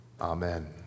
Amen